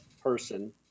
person